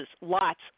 lots